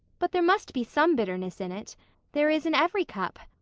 but there must be some bitterness in it there is in every cup.